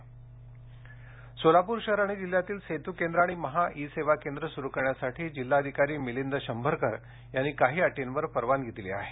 पुरवानगी सोलापूर शहर आणि जिल्ह्यातील सेतू केंद्र आणि महा ई सेवा केंद्र सुरु करण्यास जिल्हाधिकारी मिलिंद शंभरकर यांनी काही अटींवर परवानगी दिली आहे